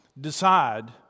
decide